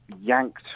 yanked